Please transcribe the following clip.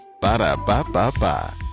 Ba-da-ba-ba-ba